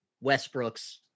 Westbrook's